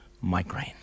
migraine